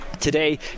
Today